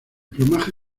plumaje